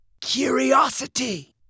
curiosity